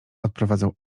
odprowadzał